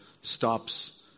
stops